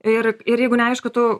ir ir jeigu neaišku tu